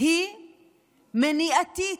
היא מניעתית.